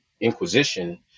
inquisition